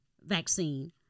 vaccine